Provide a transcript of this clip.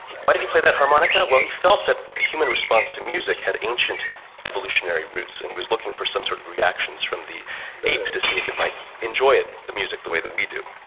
why did he play that harmonica? well, he felt that the human response to music had ancient evolutionary roots and he was looking for some sort of reactions from the ape to see if it might enjoy the music the way that we do.